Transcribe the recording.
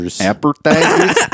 Appetizers